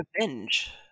revenge